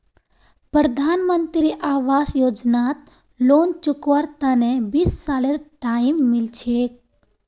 प्रधानमंत्री आवास योजनात लोन चुकव्वार तने बीस सालेर टाइम मिल छेक